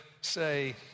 say